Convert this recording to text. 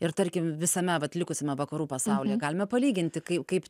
ir tarkim visame va likusiame vakarų pasaulyje galime palyginti kai kaip